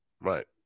Right